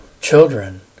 children